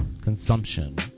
Consumption